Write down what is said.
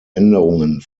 änderungen